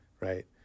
right